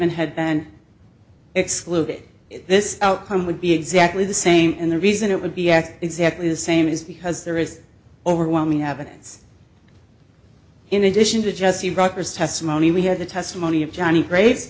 statement had been excluded this outcome would be exactly the same and the reason it would be act exactly the same is because there is overwhelming evidence in addition to just the rocker's testimony we have the testimony of johnny gr